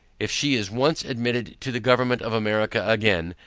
if she is once admitted to the government of america again,